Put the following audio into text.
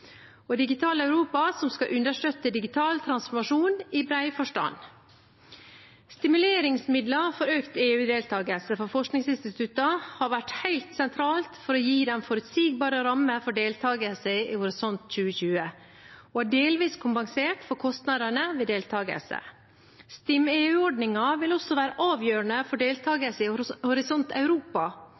og innovasjonsprogram, og Digital Europa, som skal understøtte digital transformasjon i bred forstand. Stimuleringsmidler for økt EU-deltakelse for forskningsinstitutter har vært helt sentralt for å gi en forutsigbar ramme for deltakelse i Horisont 2020 og har delvis kompensert for kostnadene ved deltakelse. STIM-EU-ordningen vil også være avgjørende for deltakelse i Horisont Europa,